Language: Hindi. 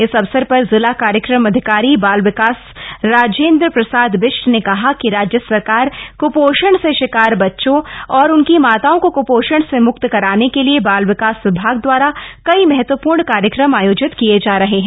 इस अवसर पर जिला कार्यक्रम अधिकारी बाल विकास राजेन्द्र प्रसाद बिष्ट ने कहा कि राज्य सरकार कृपोषण से शिकार बच्चों और उनके माताओ को कृपोषण से मुक्त कराने के लिए बाल विकास विभाग दवारा कई महत्वपूर्ण कार्यक्रम आयोजित किये जा रहे हैं